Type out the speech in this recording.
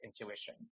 intuition